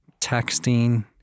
texting